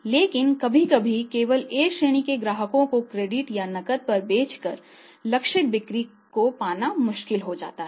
लेकिन कभी कभी केवल A श्रेणी के ग्राहकों को क्रेडिट या नकद पर बेचकर लक्षित बिक्री को पाना मुश्किल हो जाता है